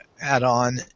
add-on